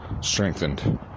strengthened